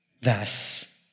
Thus